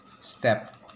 step